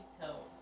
tell